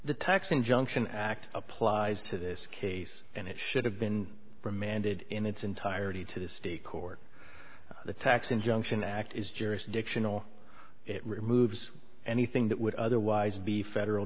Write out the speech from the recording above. the tax injunction act applies to this case and it should have been remanded in its entirety to the state court the tax injunction act is jurisdictional it removes anything that would otherwise be federal